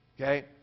Okay